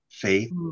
faith